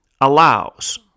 Allows